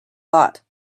lot